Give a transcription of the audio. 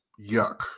yuck